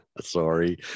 sorry